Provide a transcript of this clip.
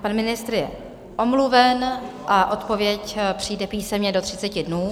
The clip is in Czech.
Pan ministr je omluven a odpověď přijde písemně do 30 dnů.